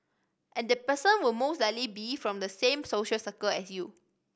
and the person will mostly like be from the same social circle as you